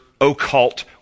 occult